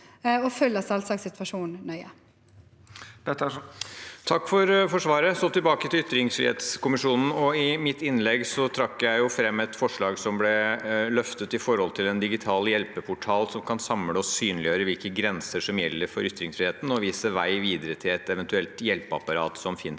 Tage Pettersen (H) Takk for svaret. Så tilbake til ytringsfrihetskommisjonen: I mitt innlegg trakk jeg fram et forslag som ble løftet, om en digital hjelpeportal som kan samle og synliggjøre hvilke grenser som gjelder for ytringsfriheten, og vise vei videre til et eventuelt hjelpeapparat som finnes